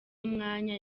umwanya